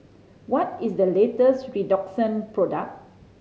what is the latest Redoxon product